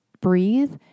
breathe